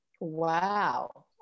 Wow